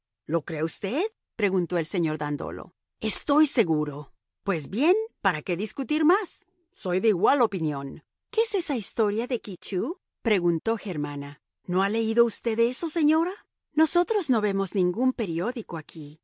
lo cree usted preguntó el señor dandolo estoy seguro pues bien para qué discutir más soy de igual opinión qué es esa historia de ky tcheou preguntó germana no ha leído usted eso señora nosotros no vemos ningún periódico aquí